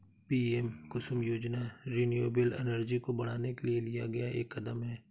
PM Kusum योजना renewable energy को बढ़ाने के लिए लिया गया एक कदम है